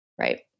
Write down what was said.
right